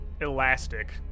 elastic